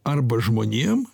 arba žmonėm